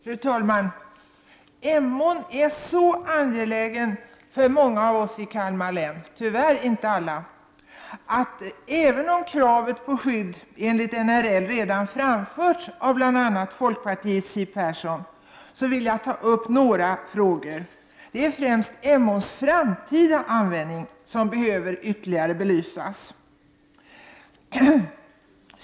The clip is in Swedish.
Fru talman! Emån är en så angelägen fråga för många av oss i Kalmar län, tyvärr inte för alla, att jag även om kravet på skydd enligt NRL redan har framförts, bl.a. av folkpartiets Siw Persson, vill ta upp några saker. Det är främst Emåns framtida användning som behöver ytterligare belysas.